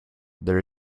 there